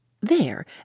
There